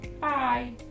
Bye